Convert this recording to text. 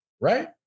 right